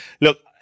Look